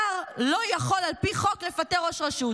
שר לא יכול, על פי חוק, לפטר ראש רשות.